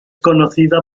conocida